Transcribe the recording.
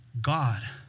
God